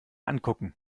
angucken